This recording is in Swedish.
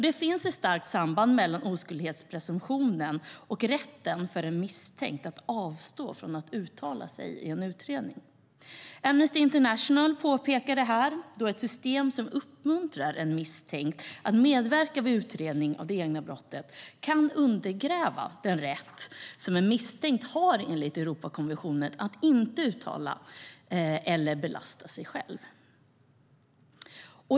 Det finns ett starkt samband mellan oskuldspresumtionen och rätten för en misstänkt att avstå från att uttala sig i en utredning. Amnesty International påpekade att ett system som uppmuntrar en misstänkt att medverka vid utredning av det egna brottet kan undergräva den rätt en misstänkt enligt Europakonventionen har att inte uttala sig eller belasta sig själv.